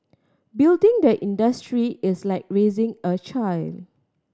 building the industry is like raising a child